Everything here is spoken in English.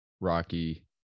Rocky